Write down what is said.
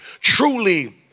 truly